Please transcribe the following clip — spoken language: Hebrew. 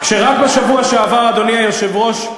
כשרק בשבוע שעבר, אדוני היושב-ראש,